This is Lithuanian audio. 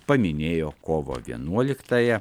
paminėjo kovo vienuoliktąją